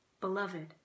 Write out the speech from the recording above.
beloved